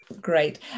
Great